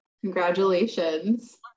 congratulations